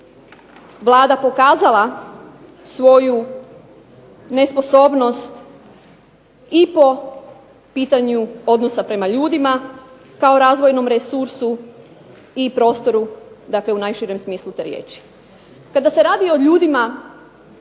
Vlada pokazala svoju nesposobnost i po pitanju odnosa prema ljudima kao razvojnom resursu i prostoru, dakle u najširem smislu te riječi. Kada se radi o ljudima,